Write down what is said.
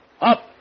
Up